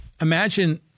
Imagine